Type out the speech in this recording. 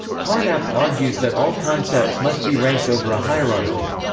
carnap argues that all concepts must be ranked over a hierarchy.